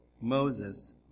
Moses